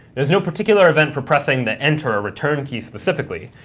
there's no particular event for pressing the enter or return key specifically,